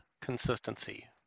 consistency